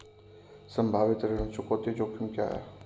संभावित ऋण चुकौती जोखिम क्या हैं?